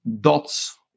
dots